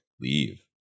leave